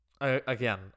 again